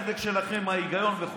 טיפ-טיפה מהאמון,